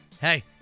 hey